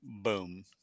Boom